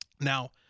Now